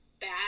bad